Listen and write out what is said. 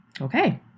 Okay